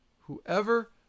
Whoever